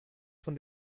von